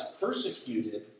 persecuted